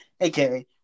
aka